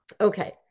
Okay